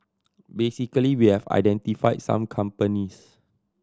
basically we have identified some companies